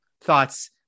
thoughts